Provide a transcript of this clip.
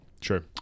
sure